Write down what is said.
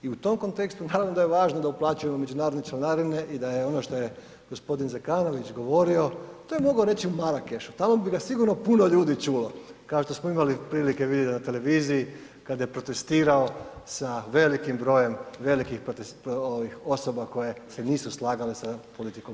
I u tom kontekstu naravno da je važno da uplaćujemo međunarodne članarine i da je ono što je gospodin Zekanović govorio, to je mogao reći u Marakešu tamo bi ga sigurno puno ljudi čulo kao što smo imali prilike vidjeti na televiziji kada je protestirao sa velikim brojem velikih osoba koje se nisu slagale sa politikom UN-a.